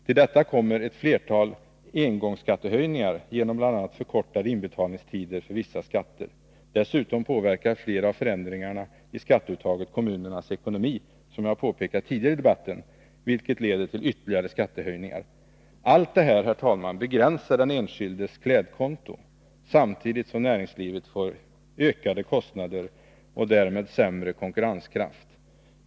Till detta kommer ett flertal engångsskattehöjningar genom bl.a. förkortade inbetalningstider för vissa skatter. Dessutom påverkar flera av förändringarna i skatteuttaget kommunernas ekonomi, vilket jag påpekat tidigare i debatten. Detta leder till ytterligare skattehöjningar. Allt detta begränsar den enskildes klädkonto, samtidigt som näringslivet får ökade kostnader och därmed sämre konkurrenskraft.